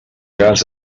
cas